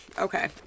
okay